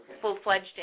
full-fledged